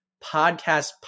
podcast